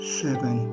seven